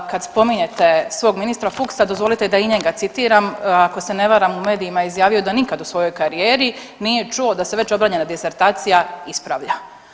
Kada spominjete svog ministra Fuchsa, dozvolite da i njega citiram, ako se ne varam, u medijima je izjavio da nikad u svojoj karijeri nije čuo da se već obranjena disertacija ispravlja.